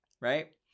right